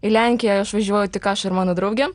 į lenkiją aš važiuoju tik aš ir mano draugė